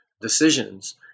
decisions